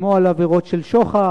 כמו על עבירות של שוחד,